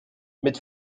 mit